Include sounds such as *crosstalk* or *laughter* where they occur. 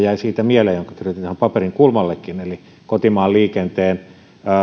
*unintelligible* jäi mieleen mielenkiintoinen yksityiskohta jonka kirjoitin ihan paperinkulmallekin eli kotimaan liikenteen